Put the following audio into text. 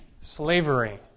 slavery